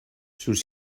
sus